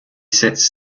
sits